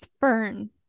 Fern